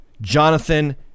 Jonathan